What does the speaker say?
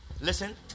Listen